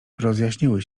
rozjaśniły